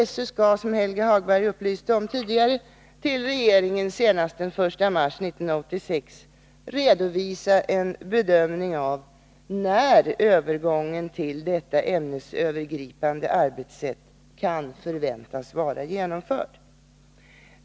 SÖ skall, som Helge Hagberg tidigare upplyste om, till regeringen senast den 1 mars 1986 redovisa en bedömning av när övergången till detta ämnesövergripande arbetssätt kan förväntas vara genomförd.